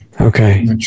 Okay